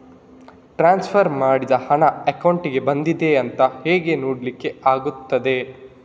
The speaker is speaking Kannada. ಟ್ರಾನ್ಸ್ಫರ್ ಮಾಡಿದ ಹಣ ಅಕೌಂಟಿಗೆ ಬಂದಿದೆ ಅಂತ ಹೇಗೆ ನೋಡ್ಲಿಕ್ಕೆ ಆಗ್ತದೆ?